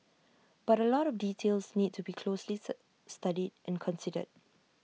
but A lot of details need to be closely sir studied and considered